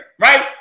right